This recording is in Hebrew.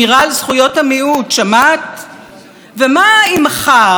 ומה אם מחר תחוקקו חוק-יסוד,